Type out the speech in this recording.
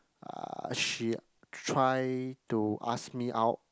uh she try to ask me out